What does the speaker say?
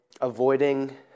avoiding